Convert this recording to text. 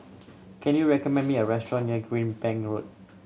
can you recommend me a restaurant near Greenbank Road